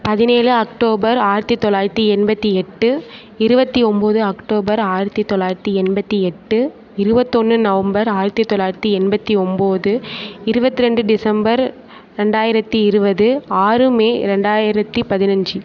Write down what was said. பதினேழு அக்டோபர் ஆயிரத்து தொளாயித்து எண்பத்து எட்டு இருவத்து ஒம்பது அக்டோபர் ஆயிரத்து தொளாயித்து எண்பத்து எட்டு இருபத்தொன்னு நவம்பர் ஆயிரத்து தொளாயித்து எண்பத்து ஒம்பது இருபத்து ரெண்டு டிசம்பர் ரெண்டாயிரத்து இருபது ஆறு மே ரெண்டாயிரத்து பதினஞ்சு